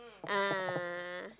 ah